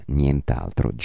nient'altro